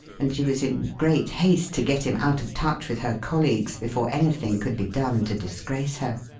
and she was in great haste to get him out of touch with her colleagues before anything could be done to disgrace her.